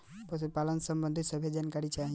पशुपालन सबंधी सभे जानकारी चाही?